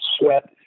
sweat